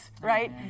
right